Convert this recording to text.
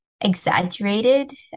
exaggerated